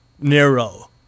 Nero